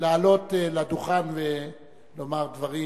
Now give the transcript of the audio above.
לעלות לדוכן ולומר דברים